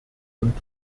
und